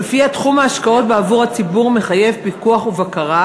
שלפיה תחום ההשקעות בעבור הציבור מחייב פיקוח ובקרה,